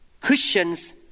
Christians